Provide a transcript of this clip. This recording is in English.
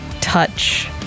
touch